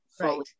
Right